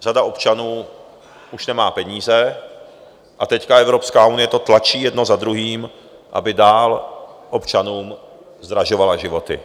Řada občanů už nemá peníze a teď Evropská unie tlačí jedno za druhým, aby dále občanům zdražovala životy.